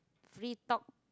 free talk